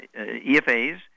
EFAs